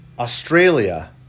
Australia